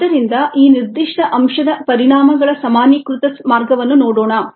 ಆದ್ದರಿಂದ ಈ ನಿರ್ದಿಷ್ಟ ಅಂಶದ ಪರಿಣಾಮಗಳ ಸಾಮಾನ್ಯೀಕೃತ ಮಾರ್ಗವನ್ನು ನೋಡೋಣ